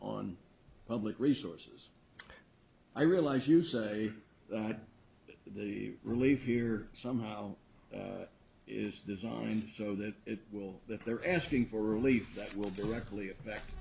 on public resources i realize you say that the relief here somehow is designed so that it will that they're asking for relief that will directly affect